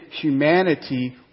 humanity